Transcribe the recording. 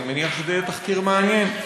אני מניח שזה יהיה תחקיר מעניין.